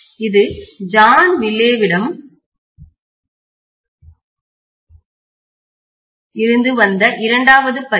இது ஜான் விலேவிடம் இருந்து வந்த இரண்டாவது பதிப்பு